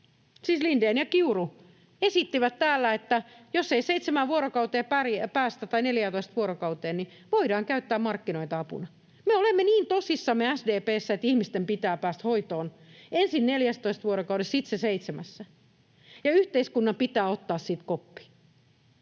Lindén ja Kiuru, esittivät täällä, että jos ei päästä seitsemään tai 14 vuorokauteen, niin voidaan käyttää markkinoita apuna. Me olemme niin tosissamme SDP:ssä, että ihmisten pitää päästä hoitoon, ensin 14 vuorokaudessa, sitten seitsemässä, ja yhteiskunnan pitää ottaa siitä koppi.